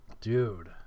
Dude